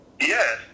Yes